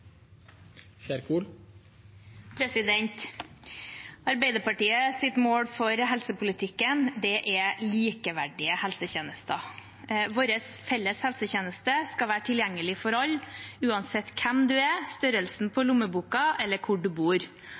likeverdige helsetjenester. Vår felles helsetjeneste skal være tilgjengelig for alle, uansett hvem du er, størrelsen på lommeboka, eller hvor du bor.